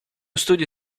studio